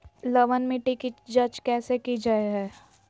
लवन मिट्टी की जच कैसे की जय है?